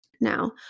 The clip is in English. Now